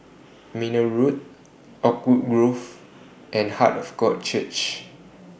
Mayne Road Oakwood Grove and Heart of God Church